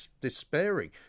despairing